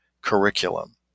curriculum